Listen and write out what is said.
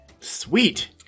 Sweet